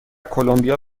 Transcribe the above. کلمبیا